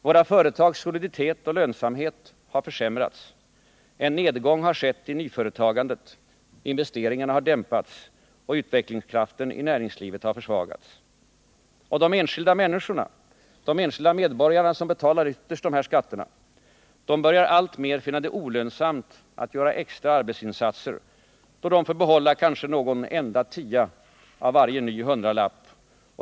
Våra företags soliditet och lönsamhet har försämrats. En nedgång har skett i nyföretagandet. Investeringarna har dämpats. Utvecklingskraften i vårt näringsliv har försvagats. De enskilda medborgarna, de som ytterst betalar dessa skatter, börjar alltmer finna det olönsamt att göra extra arbetsinsatser, då de får behålla kanske bara någon enda tia av varje ny hundralapp.